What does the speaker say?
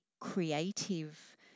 creative